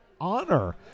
honor